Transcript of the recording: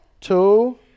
Two